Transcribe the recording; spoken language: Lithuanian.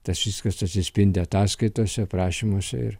tas viskas atsispindi ataskaitose prašymuose ir